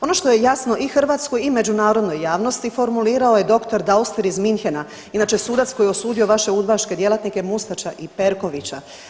Ono što je jasno i hrvatskoj i međunarodnoj javnosti formulirao je doktor Dauster iz Munchena, inače sudac koji je osudio vaše udbaške djelatnike Mustača i Perkovića.